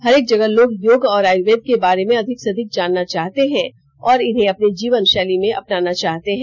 हरेक जगह लोग योग और आयुर्वेद के बारे में अधिक से अधिक जानना चाहते हैं और इन्हें अपनी जीवन शैली में अपनाना चाहते हैं